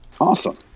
Awesome